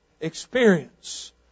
experience